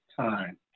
time